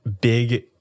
big